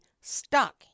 stuck